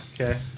Okay